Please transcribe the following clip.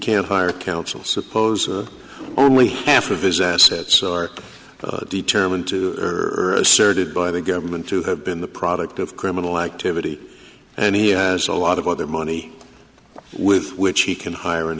can't hire counsel suppose only half of his assets are determined to are asserted by the government to have been the product of criminal activity and he has a lot of other money with which he can hire an